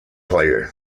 player